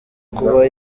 kuba